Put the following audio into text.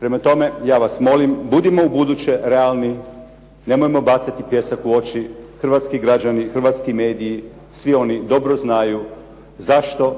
Prema tome, ja vam molim budimo ubuduće realni, nemojmo bacati pijesak u oči. Hrvatski građani, hrvatski mediji, svi oni dobro znaju zašto